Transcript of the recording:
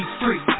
free